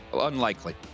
Unlikely